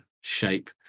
shape